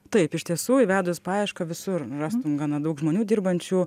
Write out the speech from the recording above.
taip iš tiesų įvedus paiešką visur rastum gana daug žmonių dirbančių